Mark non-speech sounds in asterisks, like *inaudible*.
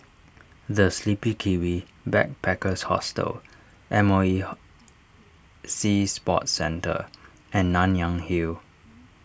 the Sleepy Kiwi Backpackers Hostel M O E *hesitation* Sea Sports Centre and Nanyang Hill